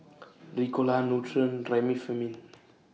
Ricola Nutren Remifemin